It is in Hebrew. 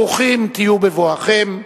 ברוכים תהיו בבואכם,